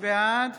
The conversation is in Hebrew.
בעד